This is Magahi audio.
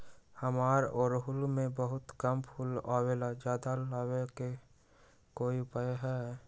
हमारा ओरहुल में बहुत कम फूल आवेला ज्यादा वाले के कोइ उपाय हैं?